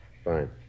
Fine